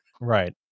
Right